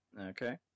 Okay